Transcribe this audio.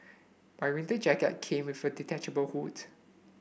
my winter jacket came with a detachable hood